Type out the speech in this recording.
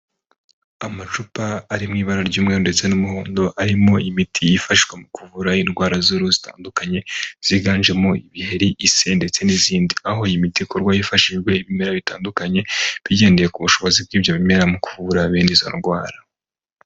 Amacupa ari mu ibara ry'umweru ndetse n'umuhondo, arimo imiti yifashwa mu z'uvura indwara zitandukanye ziganjemo ibiheri, ise ndetse n'izindi. Aho iyi imiti ikorwa hifashijwe ibimera bitandukanye bigendeye ku bushobozi bw'ibyo bimera mu kuvura bene izo ndwara.